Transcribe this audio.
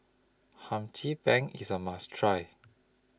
Hum Chim Peng IS A must Try